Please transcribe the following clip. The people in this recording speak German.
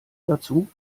dazu